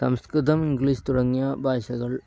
സംസ്കൃതം English തുടങ്ങിയ ഭാഷകൾ